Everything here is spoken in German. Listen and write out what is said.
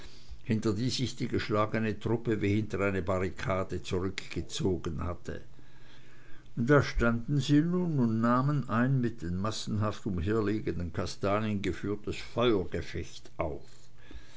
hinter die sich die geschlagene truppe wie hinter eine barrikade zurückgezogen hatte da standen sie nun und nahmen ein mit den massenhaft umherliegenden kastanien geführtes feuergefecht auf